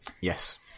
Yes